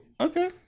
Okay